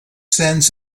sense